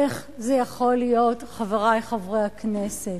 איך זה יכול להיות, חברי חברי הכנסת,